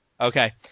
Okay